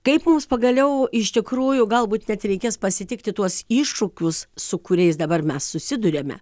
kaip mums pagaliau iš tikrųjų galbūt reikės pasitikti tuos iššūkius su kuriais dabar mes susiduriame